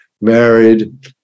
married